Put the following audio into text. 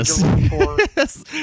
Yes